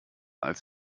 als